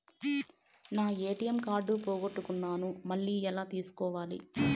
నా ATM card పోగొట్టుకున్నాను, మళ్ళీ ఎలా తీసుకోవాలి?